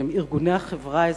שהם ארגוני החברה האזרחית,